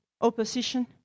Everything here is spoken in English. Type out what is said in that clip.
opposition